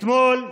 אתמול,